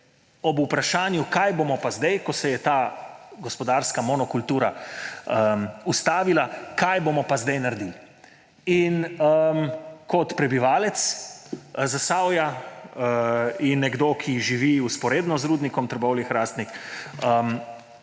vpraša, kaj bomo pa sedaj, ko se je ta gospodarska monokultura ustavila, kaj bomo pa sedaj naredili. In kot prebivalec Zasavja in nekdo, ki živi vzporedno z Rudnikom Trbovlje-Hrastnik,